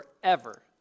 forever